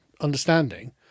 understanding